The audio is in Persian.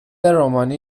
رومانی